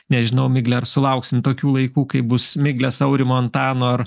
nežinau migle ar sulauksim tokių laikų kai bus miglės aurimo antano ar